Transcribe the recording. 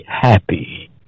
happy